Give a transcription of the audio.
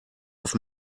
auf